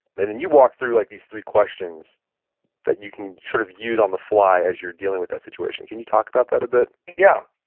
and then you walk through like these three questions that you can sort of use on the fly as you're dealing with that situation. can you talk about that a bit? yeah.